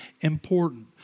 important